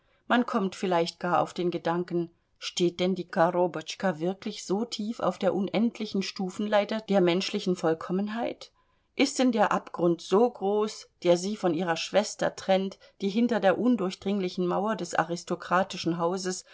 man kommt vielleicht gar auf den gedanken steht denn die korobotschka wirklich so tief auf der unendlichen stufenleiter der menschlichen vollkommenheit ist denn der abgrund so groß der sie von ihrer schwester trennt die hinter der undurchdringlichen mauer des aristokratischen hauses